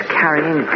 carrying